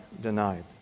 denied